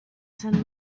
sant